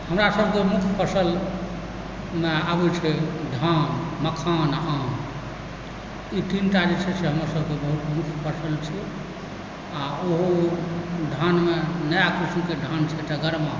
हमरा सबकेँ मुख्य फसल आबै छै धान मखान आ एहिमे ई तीनटा जे छै से हमर सबकेँ बहुत मुख्य फसल छियै आ ओहो धानमे नया किस्मके धान छै तऽ गरमा